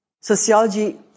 Sociology